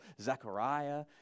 Zechariah